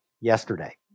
yesterday